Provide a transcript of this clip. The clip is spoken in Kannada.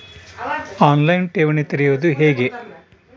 ಆನ್ ಲೈನ್ ಠೇವಣಿ ತೆರೆಯುವುದು ಹೇಗೆ?